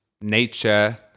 nature